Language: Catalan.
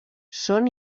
són